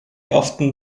often